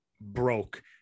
broke